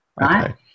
Right